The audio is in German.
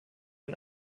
ein